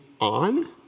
on